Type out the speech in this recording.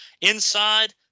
inside